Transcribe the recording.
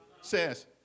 says